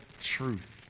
truth